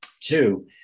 Two